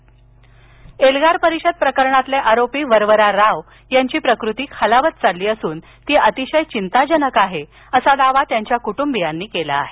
एल्गार परिषद एल्गार परिषद प्रकरणातील आरोपी वरवरा राव यांची प्रकृती खालावत चालली असून ती अतिशय चिंताजनक आहे असा दावा त्यांच्या कुटुंबियांनी केला आहे